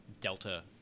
delta